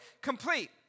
complete